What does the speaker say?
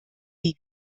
wie